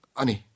ani